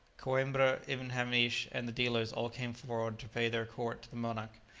coimbra, ibn hamish and the dealers all came forward to pay their court to the monarch,